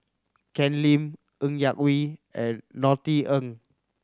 Ken Lim Ng Yak Whee and Norothy Ng